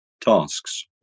tasks